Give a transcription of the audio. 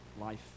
life